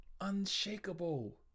unshakable